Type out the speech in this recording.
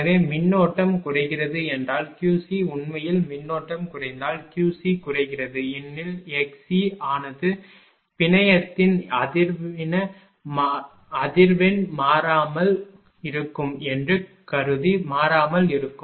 எனவே மின்னோட்டம் குறைகிறது என்றால் Qc உண்மையில் மின்னோட்டம் குறைந்தால் Qcகுறைகிறது ஏனெனில் xc ஆனது பிணையத்தின் அதிர்வெண் மாறாமல் இருக்கும் என்று கருதி மாறாமல் இருக்கும்